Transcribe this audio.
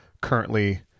currently